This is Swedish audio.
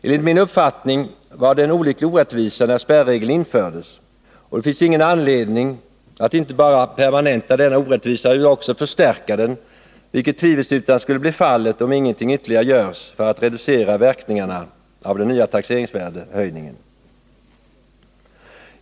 Enligt min uppfattning var det en olycklig orättvisa när spärregeln infördes, och det finns ingen anledning att inte bara permanenta denna orättvisa utan också förstärka den, vilket tvivelsutan blir fallet om ingenting ytterligare görs för att reducera verkningarna av de nya taxeringsvärdena.